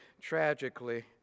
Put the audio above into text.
tragically